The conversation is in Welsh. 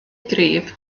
gryf